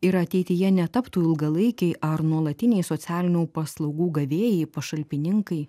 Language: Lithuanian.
ir ateityje netaptų ilgalaikiai ar nuolatiniai socialinių paslaugų gavėjai pašalpininkai